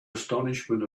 astonishment